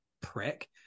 prick